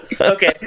okay